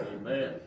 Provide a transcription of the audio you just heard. Amen